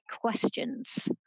questions